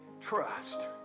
Trust